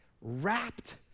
Wrapped